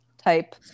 type